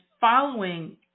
following